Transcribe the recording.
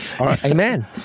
amen